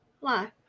Life